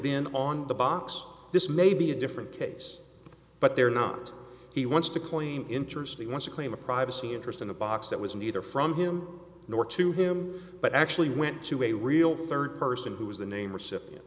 been on the box this may be a different case but they're not he wants to claim intercity want to claim a privacy interest in a box that was neither from him nor to him but actually went to a real third person who is the name recipient